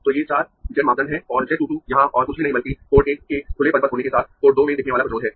तो ये चार z मापदंड है और z 2 2 यहाँ और कुछ भी नहीं बल्कि पोर्ट 1 के खुले परिपथ होने के साथ पोर्ट 2 में दिखने वाला प्रतिरोध है